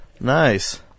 Nice